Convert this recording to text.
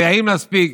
לא יעיל מספיק,